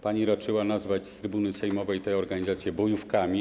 Pani raczyła nazwać z trybuny sejmowej te organizacje bojówkami.